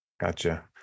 Gotcha